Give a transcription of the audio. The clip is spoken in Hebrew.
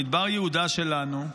במדבר יהודה שלנו,